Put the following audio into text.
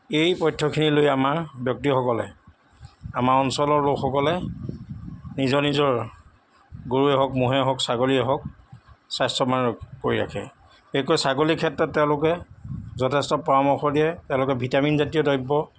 এই পথ্যখিনি লৈ আমাৰ ব্যক্তিসকলে আমাৰ অঞ্চলৰ লোকসকলে নিজৰ নিজৰ গৰুৱেই হওক ম'হেই হওক ছাগলীয়েই হওক স্বাস্থ্যৱান কৰি ৰাখে বিশেষকৈ ছাগলীৰ ক্ষেত্ৰত তেওঁলোকে যথেষ্ট পৰামৰ্শ দিয়ে তেওঁলোকে ভিটামিনজাতীয় দ্ৰব্য